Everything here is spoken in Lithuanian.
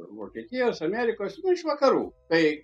vokietijos amerikos iš vakarų tai